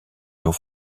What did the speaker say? hauts